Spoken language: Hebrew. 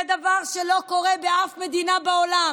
זה דבר שלא קורה באף מדינה בעולם,